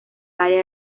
área